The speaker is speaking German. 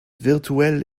virtuell